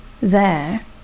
There